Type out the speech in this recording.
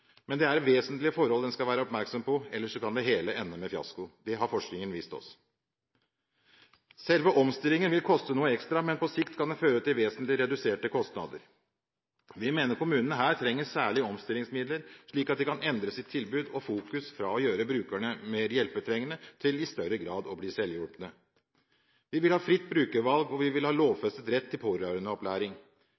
Men det er vesentlige forhold en skal være oppmerksom på, ellers kan det hele ende med fiasko. Det har forskningen vist oss. Selve omstillingen vil koste noe ekstra, men på sikt kan det føre til vesentlig reduserte kostnader. Vi mener kommunene her trenger særlige omstillingsmidler, slik at de kan endre sitt tilbud og fokus fra å gjøre brukerne mer hjelpetrengende til i større grad å bli selvhjulpne. Vi vil ha fritt brukervalg, og vi vil ha